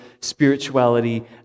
spirituality